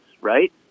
right